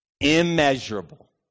immeasurable